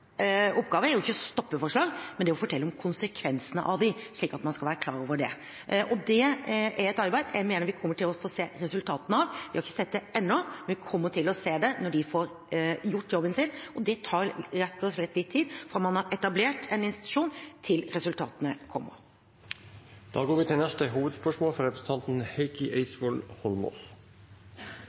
oppgave er ikke å stoppe forslag, men å gjennomgå forslagene og fortelle om konsekvensene av dem, slik at man skal være klar over det. Det er et arbeid jeg mener at vi kommer til å få se resultatene av. Vi har ikke sett det ennå, men vi kommer til å se det når de får gjort jobben sin. Det tar rett og slett litt tid fra man har etablert en institusjon, til resultatene kommer. Vi går til neste hovedspørsmål.